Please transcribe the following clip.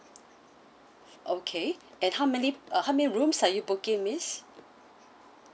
okay and how many uh how many rooms are you booking miss